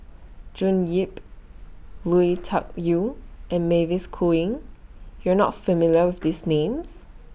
June Yap Lui Tuck Yew and Mavis Khoo Oei YOU Are not familiar with These Names